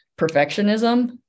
perfectionism